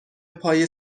پای